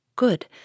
Good